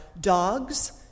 dogs